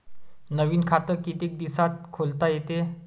नवीन खात कितीक दिसात खोलता येते?